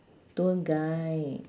tour guide